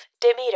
Demeter